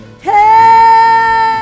Hey